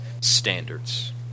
standards